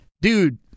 Dude